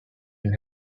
then